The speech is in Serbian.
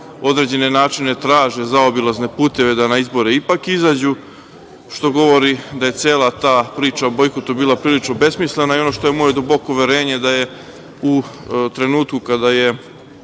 određene načine traže zaobilazne puteve da na izbore ipak izađu, što govori da je cela ta priča o bojkotu bila prilično besmislena. Ono što je moje duboko uverenje je da je u trenutku kada je